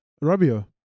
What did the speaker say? Rabia